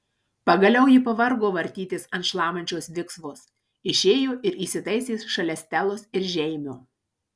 pagaliau ji pavargo vartytis ant šlamančios viksvos išėjo ir įsitaisė šalia stelos ir žeimio